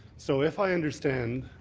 so if i understand,